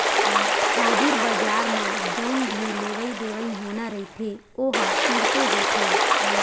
हाजिर बजार म जउन भी लेवई देवई होना रहिथे ओहा तुरते होथे